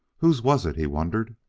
whose was it? he wondered.